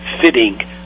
fitting